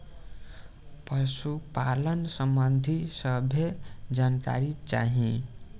पशुपालन सबंधी सभे जानकारी चाही?